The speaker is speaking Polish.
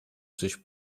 coś